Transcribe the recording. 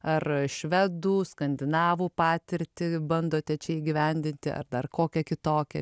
ar švedų skandinavų patirtį bandote čia įgyvendinti ar dar kokią kitokią